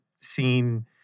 seen